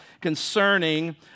concerning